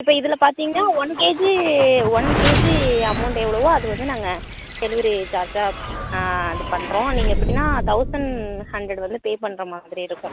இப்போ இதில் பார்த்தீங்ன்னா one KG one KG amount எவ்வளவு அது வந்து நாங்கள் டெலிவரி சார்ஜ்ஜாக அது பண்ணுறோம் நீங்கள் எப்படின்னா தௌசண்ட் ஹண்ட்ரட் வந்து பே பண்ணுற மாதிரி இருக்கும்